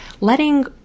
letting